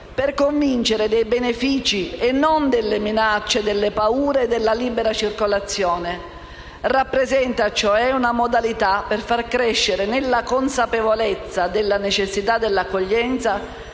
per convincere dei benefici e non delle minacce e delle paure della libera circolazione. Rappresenta, cioè, una modalità per far crescere nella consapevolezza della necessità di accoglienza